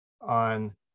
on